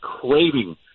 craving